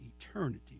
eternity